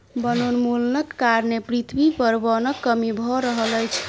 वनोन्मूलनक कारणें पृथ्वी पर वनक कमी भअ रहल अछि